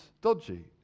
dodgy